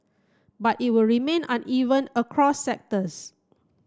but it will remain uneven across sectors